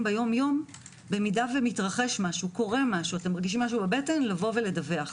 ביום-יום אם מתרחש משהו אתם מרגישים משהו בבטן לבוא ולדווח.